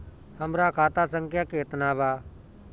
हमरा खाता संख्या केतना बा?